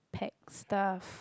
pack stuff